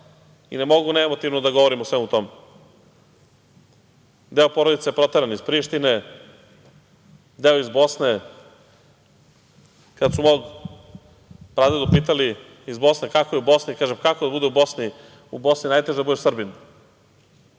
i ne mogu ne emotivno da govorim o svemu tome. Deo porodice je proteran iz Prištine, deo iz Bosne. Kada su mog pradedu pitali iz Bosne kako je u Bosni, kaže kako da bude u Bosni, u Bosni je najteže da budeš Srbin.